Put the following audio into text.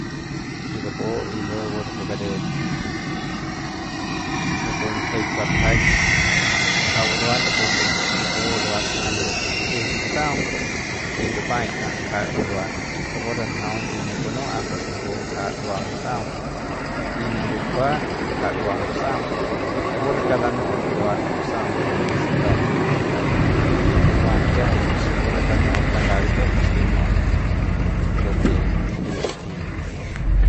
y rapu y luego rapu karit rapu mbejeik batjaiñ ngaja buruan rapu rapu hay kikijit ngusaung y ngupai ngaja buruan rapu re njaung y ne kunuaꞌa pues napu ngja ndua ngusaung y ne ngukjua ngja ndua ngusaung rapu re kauk lanuꞌut buruan ngusaung kunjiꞌia se kaung kuam kuan kiajai pus rapu re tanuꞌun kanda de jiung pus kiñiun lo ke limi kunji.